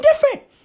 different